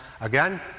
again